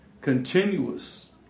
continuous